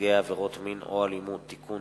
נפגעי עבירות מין או אלימות (תיקון,